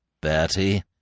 Bertie